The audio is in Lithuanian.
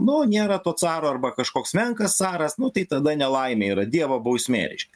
nu nėra to caro arba kažkoks menkas caras nu tai tada nelaimė yra dievo bausmė reiškia